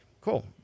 Cool